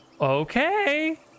okay